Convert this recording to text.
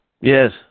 Yes